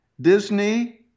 Disney